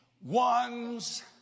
one's